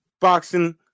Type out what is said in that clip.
boxing